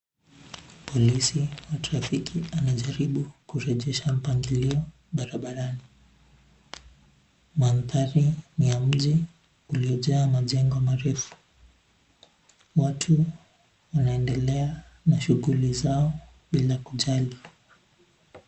Polisi wa trafiki anajaribu kurejesha mpangilio barabarani. Mandhari ni ya mji uliojaa majengo marefu. Watu wanaendelea na shughuli zao bila kujali.